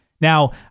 Now